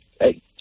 hey